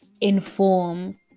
inform